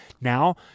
Now